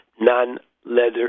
non-leather